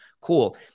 cool